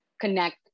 connect